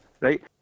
right